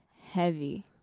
heavy